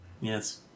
Yes